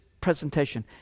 presentation